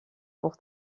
pour